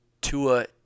Tua